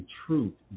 truth